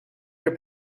your